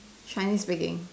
Chinese speaking